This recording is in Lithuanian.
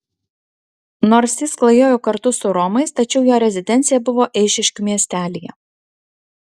nors jis klajojo kartu su romais tačiau jo rezidencija buvo eišiškių miestelyje